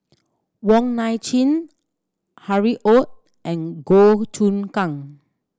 Wong Nai Chin Harry Ord and Goh Choon Kang